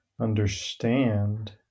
Understand